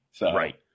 Right